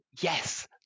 Yes